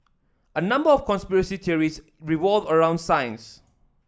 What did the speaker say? a number of conspiracy theories revolve around science